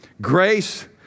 Grace